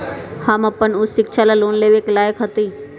हम अपन उच्च शिक्षा ला लोन लेवे के लायक हती?